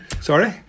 Sorry